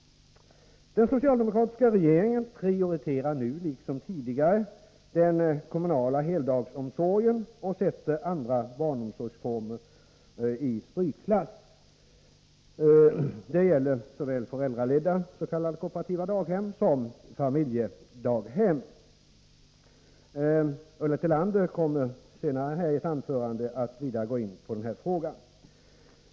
Den socialdemokratiska regeringen prioriterar nu, liksom tidigare, den kommunala heldagsomsorgen och sätter andra barnomsorgsformer i strykklass. Det gäller såväl föräldraledda s.k. kooperativa daghem som familjedaghem. Ulla Tillander kommer senare att i ett anförande gå in ytterligare på denna fråga.